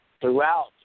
throughout